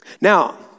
Now